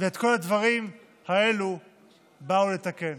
את כל הדברים האלה באו לתקן,